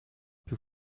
più